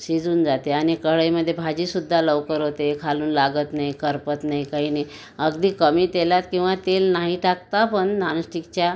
शिजून जाते आणि कढईमध्ये भाजी सुद्धा लवकर होते खालून लागत नाही करपत नाही काही नाही अगदी कमी तेलात किंवा तेल नाही टाकता पण नॉनस्टिकच्या